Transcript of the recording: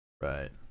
Right